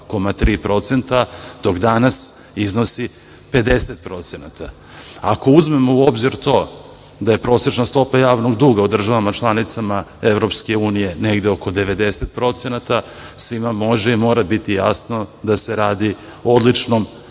52,3% dok danas iznosi 50%. Ako uzmemo u obzir to da je prosečna stopa javnog duga u državama članicama EU negde oko 90% svima može i mora biti jasno da se radi o odličnom